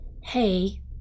Hey